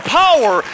power